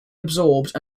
absorbed